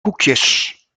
koekjes